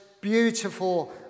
beautiful